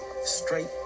straight